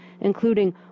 including